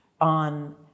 on